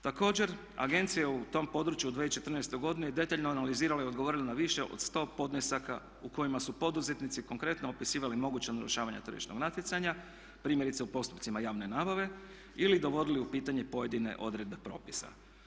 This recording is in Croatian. Također agencija je u tom području u 2014. godini detaljno analizirala i odgovorila na više od 100 podnesaka u kojima su poduzetnici konkretno opisivali moguća narušavanja tržišnog natjecanja primjerice u postupcima javne nabave ili dovodili u pitanje pojedine odredbe propisa.